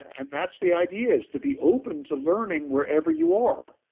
and that's the idea is to be open to learning wherever you are